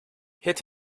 heat